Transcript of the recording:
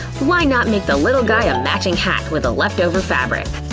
why not make the little guy a matching hat with the leftover fabric?